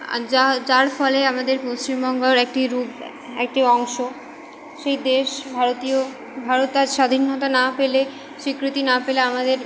যার ফলে আমাদের পশ্চিমবঙ্গর একটি রূপ একটি অংশ সেই দেশ ভারতীয় ভারত আজ স্বাধীনতা না পেলে স্বীকৃতি না পেলে আমাদের